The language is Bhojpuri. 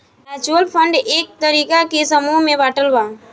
म्यूच्यूअल फंड कए तरीका के समूह में बाटल बा